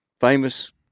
famous